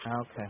Okay